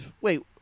Wait